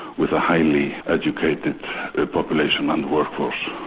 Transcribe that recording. with a highly educated population and workforce,